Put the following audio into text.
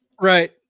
right